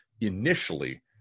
initially